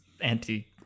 anti